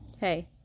Hey